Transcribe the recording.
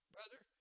Brother